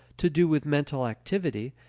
to do with mental activity,